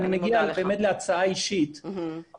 אולי אם הם יקבלו שכר זה יעזור.